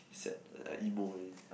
sad like emo leh